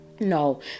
no